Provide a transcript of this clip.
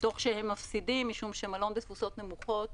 תוך כדי שהם מפסידים משום שמלון בתפוסות נמוכות